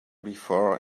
before